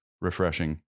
refreshing